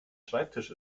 schreibtisch